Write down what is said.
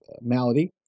malady